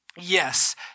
Yes